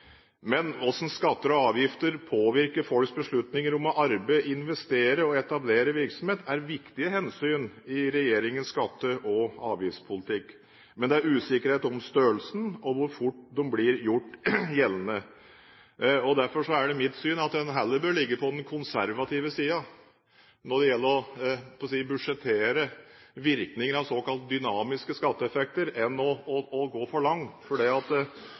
skatter og avgifter påvirker folks beslutninger om å arbeide, investere og etablere virksomhet er viktige hensyn i regjeringens skatte- og avgiftspolitikk. Men det er usikkerhet om størrelsen og hvor fort de blir gjort gjeldende. Derfor er det mitt syn at en heller bør ligge på den konservative siden når det gjelder å budsjettere virkningen av såkalt dynamiske skatteeffekter, enn å gå for langt. For det er bedre å ha noe å gå på, for